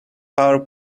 power